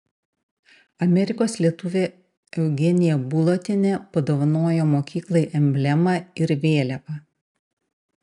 amerikos lietuvė eugenija bulotienė padovanojo mokyklai emblemą ir vėliavą